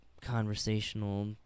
conversational